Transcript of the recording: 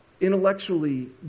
intellectually